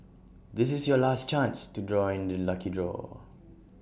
this is your last chance to join the lucky draw